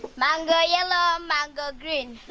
mango yellow, mango green.